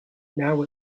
now